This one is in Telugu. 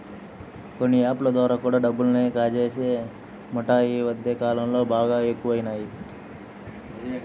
కొన్ని యాప్ ల ద్వారా కూడా డబ్బుని కాజేసే ముఠాలు యీ మద్దె కాలంలో బాగా ఎక్కువయినియ్